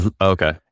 Okay